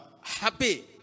happy